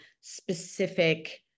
specific